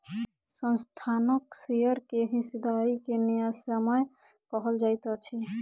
संस्थानक शेयर के हिस्सेदारी के न्यायसम्य कहल जाइत अछि